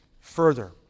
further